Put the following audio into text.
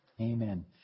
Amen